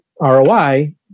ROI